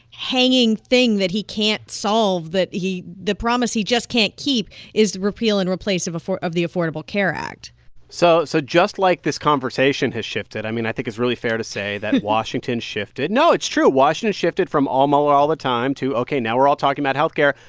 hanging thing that he can't solve that he the promise he just can't keep is repeal and replace of the affordable care act so so just like this conversation has shifted, i mean, i think it's really fair to say. that washington shifted. no, it's true. washington shifted from all mueller, all the time to ok, now we're all talking about health care.